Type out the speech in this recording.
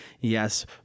yes